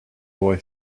boy